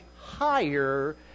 higher